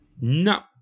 No